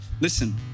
listen